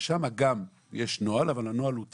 ששם גם יש נוהל, אבל הנוהל הוא תיאורטי,